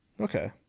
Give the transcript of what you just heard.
Okay